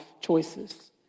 choices